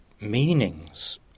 meanings